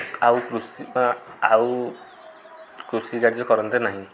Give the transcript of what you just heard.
ଆଉ କୃଷି ବା ଆଉ କୃଷି କାର୍ଯ୍ୟ କରନ୍ତେ ନାହିଁ